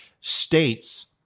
states